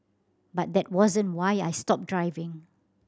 but that wasn't why I stopped driving